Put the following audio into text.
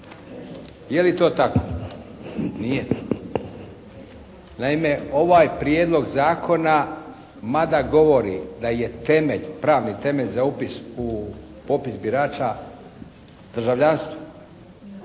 Je li to tako? Nije. Naime, ovaj prijedlog zakona mada govori da je temelj, pravni temelj za upis u popis birača državljanstva